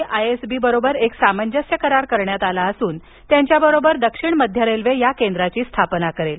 यासाठी I S B बरोबर एक सामंजस्य करार करण्यात आला असून त्यांच्याबरोबर दक्षिण मध्य रेल्वे या केंद्राची स्थापना करेल